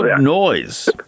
noise